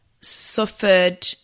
suffered